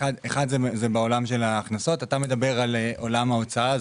אתה מדבר על עולם ההוצאה.